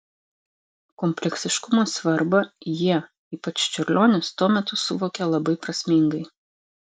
kompleksiškumo svarbą jie ypač čiurlionis tuo metu suvokė labai prasmingai